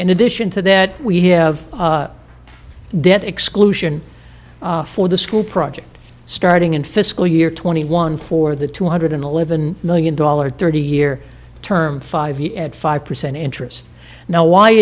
in addition to that we have the debt exclusion for the school project starting in fiscal year twenty one for the two hundred eleven million dollars thirty year term five five percent interest now why